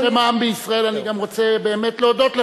בשם העם בישראל אני גם רוצה להודות לך.